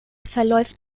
verläuft